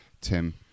Tim